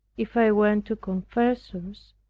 if i went to confessors,